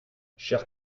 chers